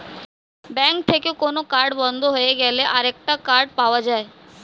bank থেকে কোন card বন্ধ হয়ে গেলে আরেকটা কার্ড পাওয়া যায়